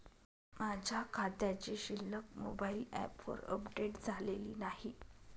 माझ्या खात्याची शिल्लक मोबाइल ॲपवर अपडेट झालेली नाही